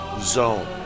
zone